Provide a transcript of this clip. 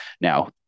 Now